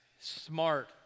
smart